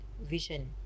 vision